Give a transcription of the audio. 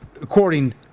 according